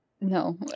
No